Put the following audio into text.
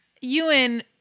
Ewan